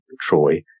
Troy